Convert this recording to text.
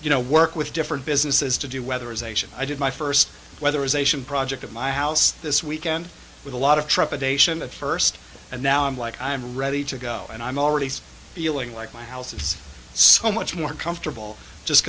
you know work with different businesses to do whether ization i did my first weather ization project at my house this weekend with a lot of trepidation at first and now i'm like i'm ready to go and i'm already feeling like my house is some much more comfortable just